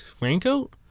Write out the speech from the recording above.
raincoat